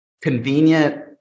convenient